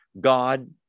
God